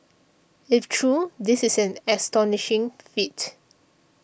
if true this is an astonishing feat